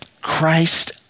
Christ